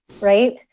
right